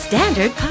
Standard